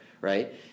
right